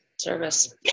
service